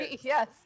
Yes